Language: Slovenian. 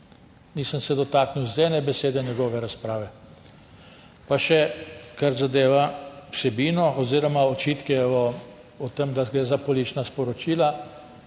Nisem se dotaknil z eno besedo njegove razprave. Pa še, kar zadeva vsebino oziroma očitke o tem, da gre za politična sporočila.